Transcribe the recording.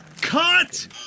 Cut